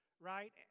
right